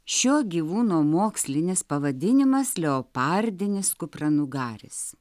šio gyvūno mokslinis pavadinimas leopardinis kupranugaris